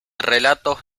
relatos